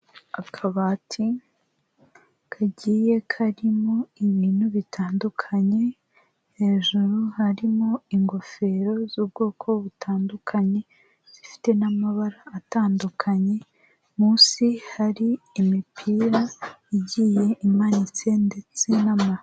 Akabati kagiye karimo ibintu bitandukanye hejuru harimo ingofero z'ubwoko butandukanye, zifite n'amabara atandukanye munsi hari imipira igiye imanitse ndetse...